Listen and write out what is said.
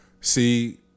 See